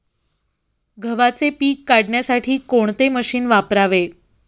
गव्हाचे पीक काढण्यासाठी कोणते मशीन वापरावे?